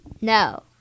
No